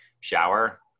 shower